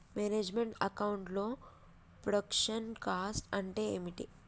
Manage meant account లో production cost అంటే ఏమిటి?